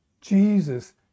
Jesus